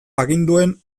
aginduen